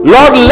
Lord